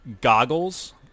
goggles